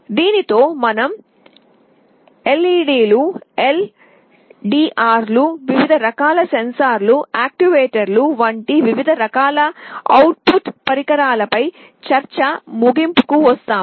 దీనితో మనం ఎల్ఈడీలు ఎల్డీఆర్లు వివిధ రకాల సెన్సార్లు యాక్యుయేటర్లు వంటి వివిధ రకాల అవుట్పుట్ పరికరాలపై చర్చ ముగింపుకు వస్తాము